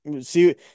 see